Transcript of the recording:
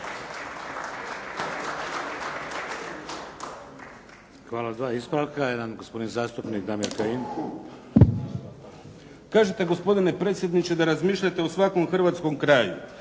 Hvala. Dva ispravka.